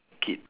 kid